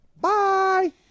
bye